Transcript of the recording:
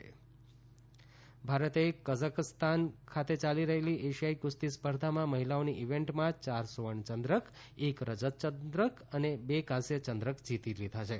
એશિયાઇ કુસ્તી ભારતે કઝકસ્તાન ખાતે ચાલી રહેલી ઐશિયાઇ કુસ્તી સ્પર્ધામાં મહિલાઓની ઇવેન્ટમાં ચાર સુવર્ણ ચંદ્રક એક રંજત ચંદ્રક અને બે કાંસ્ય ચંદ્રક જીતી લીધા છે